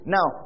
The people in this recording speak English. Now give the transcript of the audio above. Now